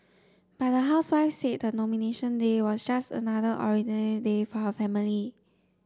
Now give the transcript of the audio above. but the housewife said the Nomination Day was just another ordinary day for her family